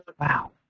wow